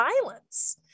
violence